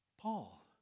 Paul